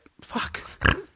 fuck